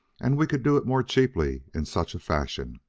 and we could do it more cheaply in such fashion.